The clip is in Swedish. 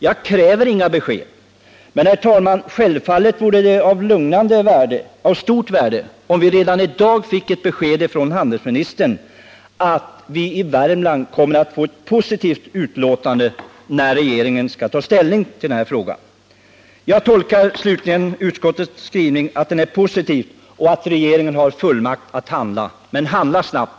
Jag kräver inga besked, men självfallet vore det av stort värde om vi redan i dag fick ett uttalande från handelsministern att vi i Värmland kommer att få ett positivt besked när regeringen tar ställning till denna fråga. Jag tolkar utskottets skrivning som positiv. Jag tolkar den också så, att regeringen har fullmakt att handla — men handla snabbt!